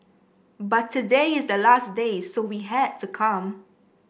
but today is the last day so we had to come